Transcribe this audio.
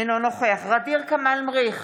אינו נוכח ע'דיר כמאל מריח,